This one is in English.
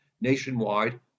nationwide